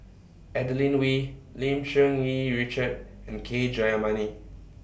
Adeline We Lim Cherng Yih Richard and K Jayamani